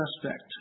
suspect